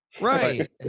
Right